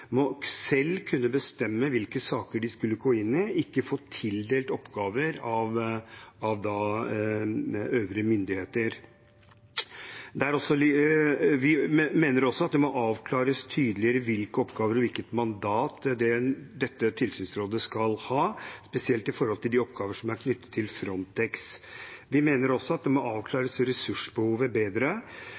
ikke få tildelt oppgaver av øvrige myndigheter. Vi mener også at det må avklares tydeligere hvilke oppgaver og hvilket mandat dette tilsynsrådet skal ha, spesielt med hensyn til de oppgavene som er knyttet til Frontex. Vi mener også at ressursbehovet må avklares bedre, i hvilken grad vi også trenger et eget sekretariat for dette, nettopp fordi det er vanskelige og